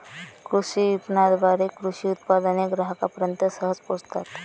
कृषी विपणनाद्वारे कृषी उत्पादने ग्राहकांपर्यंत सहज पोहोचतात